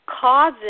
causes